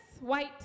white